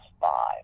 five